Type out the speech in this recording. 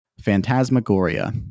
Phantasmagoria